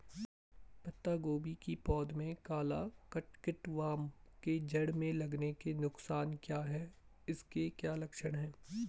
पत्ता गोभी की पौध में काला कीट कट वार्म के जड़ में लगने के नुकसान क्या हैं इसके क्या लक्षण हैं?